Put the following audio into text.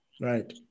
right